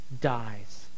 dies